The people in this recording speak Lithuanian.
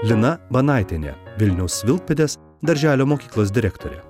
lina banaitienė vilniaus vilkpėdės darželio mokyklos direktorė